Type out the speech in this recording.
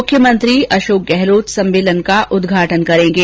मुख्यमंत्री अशोक गहलोत सम्मेलन का उद्घाटन करेंगे